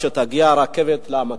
שתגיע הרכבת לעמקים.